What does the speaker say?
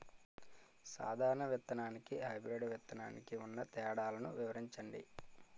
సాధారణ విత్తననికి, హైబ్రిడ్ విత్తనానికి ఉన్న తేడాలను వివరించండి?